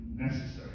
necessary